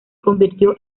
convirtió